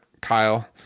Kyle